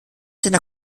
seiner